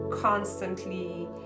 constantly